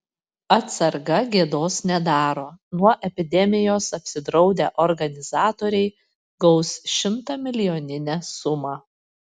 atsarga gėdos nedaro nuo epidemijos apsidraudę organizatoriai gaus šimtamilijoninę sumą